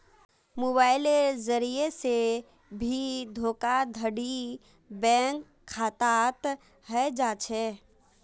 मोबाइलेर जरिये से भी धोखाधडी बैंक खातात हय जा छे